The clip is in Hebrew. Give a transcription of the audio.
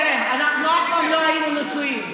תראה, אנחנו אף פעם לא היינו נשואים.